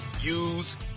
use